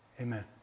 Amen